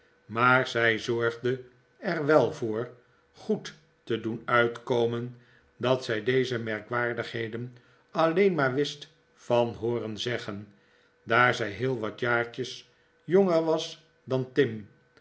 maar zij zorgde er wel voor goed te doen uitkomen dat zij deze merkwaardigheden alleen maar wist van hooren zeggen daar zij heel wat jaartjes jonger was dan tim